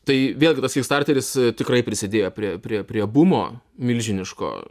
tai vėlgi tas kikstarteris tikrai prisidėjo prie prie prie bumo milžiniško